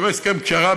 שהוא הסכם פשרה,